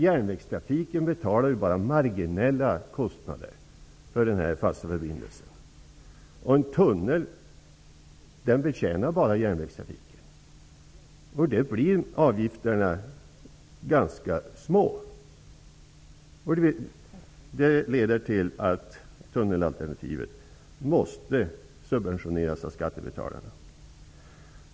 Järnvägstrafiken betalar ju bara marginella kostnader för den här fasta förbindelsen, och därför blir avgifterna ganska små. En tunnel betjänar bara järnvägstrafiken, och tunnelalternativet måste därför subventioneras av skattebetalarna.